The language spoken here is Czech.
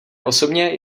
osobně